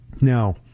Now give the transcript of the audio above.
Now